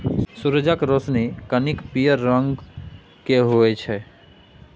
सुरजक रोशनी कनिक पीयर रंगक होइ छै